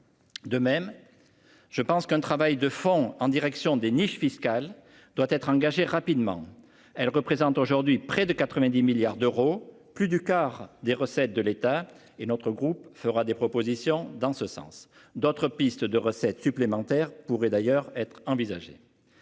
De même. Je pense qu'un travail de fond en direction des niches fiscales doit être engagé rapidement. Elles représentent aujourd'hui près de 90 milliards d'euros, plus du quart des recettes de l'État et notre groupe fera des propositions dans ce sens. D'autres pistes de recettes supplémentaires pourraient d'ailleurs être envisagée.